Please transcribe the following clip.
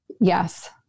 Yes